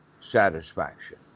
satisfaction